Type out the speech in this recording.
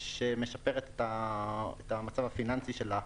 שמשפרת את המצב הפיננסי שלה,